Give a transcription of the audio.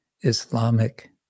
Islamic